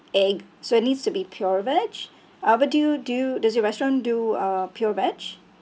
egg so it needs to be pure veg uh but do you do you does your restaurant do uh pure veg